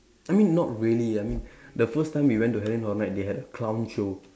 I mean not really I mean the first time we went to Halloween horror night they had a clown show